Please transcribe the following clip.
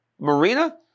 Marina